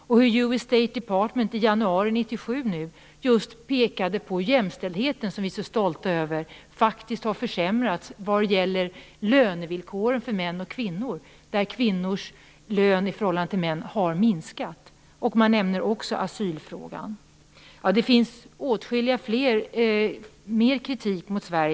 Vidare har US State Department i januari 1997 pekat på att jämställdheten, som vi är så stolta över, faktiskt har försämrats vad gäller lönevillkoren för män och kvinnor. Kvinnors lön i förhållande till män har minskat. Man nämner också asylfrågan. Det finns åtskilligt mer av kritik mot Sverige.